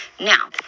Now